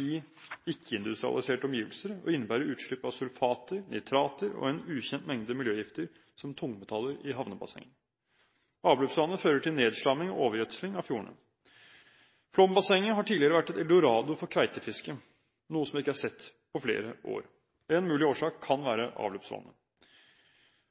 i ikke-industrialiserte omgivelser og innebærer utslipp av sulfater, nitrater og en ukjent mengde miljøgifter som tungmetaller i havnebassenget. Avløpsvannet fører til nedslamming og overgjødsling av fjordene. Flåm-bassenget har tidligere vært et eldorado for kveitefiske, noe som ikke er sett på flere år. En mulig årsak kan være avløpsvannet.